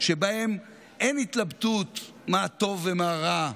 שבהם אין התלבטות מה טוב ומה רע,